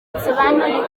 nsobanukiwe